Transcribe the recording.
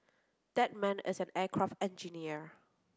that man is an aircraft engineer